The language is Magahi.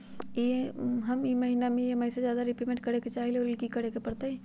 हम ई महिना में ई.एम.आई से ज्यादा रीपेमेंट करे के चाहईले ओ लेल की करे के परतई?